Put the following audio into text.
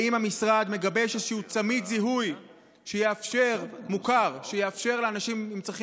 האם המשרד מגבש איזשהו צמיד זיהוי מוכר שיאפשר לאנשים עם צרכים